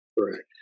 Correct